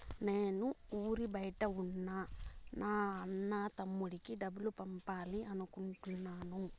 నేను ఊరి బయట ఉన్న నా అన్న, తమ్ముడికి డబ్బులు పంపాలి అనుకుంటున్నాను